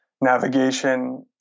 navigation